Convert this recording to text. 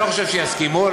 אני לא חושב שיסכימו,